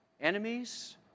enemies